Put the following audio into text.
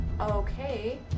Okay